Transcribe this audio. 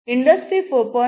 industry 4